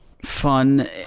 fun